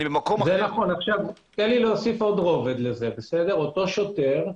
עוד רובד אוסיף: אותו שוטר,